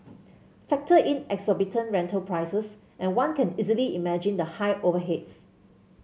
factor in exorbitant rental prices and one can easily imagine the high overheads